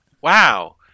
Wow